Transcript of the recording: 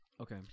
Okay